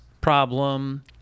problem—